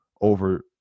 over